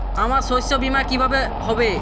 আমার শস্য বীমা কিভাবে হবে?